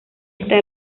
está